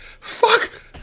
fuck